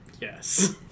Yes